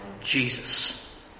Jesus